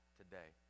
today